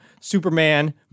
Superman